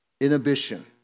inhibition